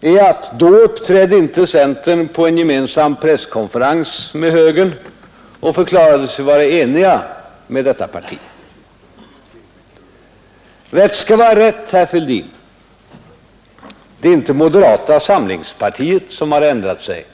och då uppträdde inte centern på en gemensam presskonferens med högern och förklarade sig enig med detta parti. Rätt skall vara rätt, herr Fälldin. Det är inte moderata samlingspartiet som har ändrat sig.